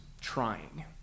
trying